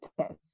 test